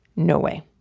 no way.